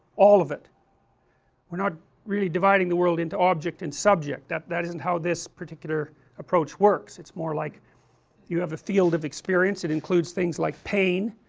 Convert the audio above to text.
all of it not really dividing the world into object and subject, that that isn't how this particular approach works, it's more like you have a field of experience, it includes things like pain,